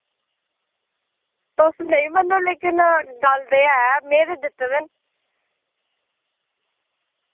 तुस नेईं मन्नो लेकिन गल्ल ते ऐ में ते दित्ते दे न